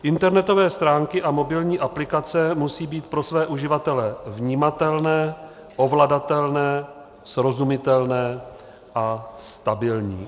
Internetové stránky a mobilní aplikace musejí být pro své uživatele vnímatelné, ovladatelné, srozumitelné a stabilní.